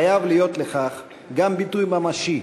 חייב להיות לכך גם ביטוי ממשי,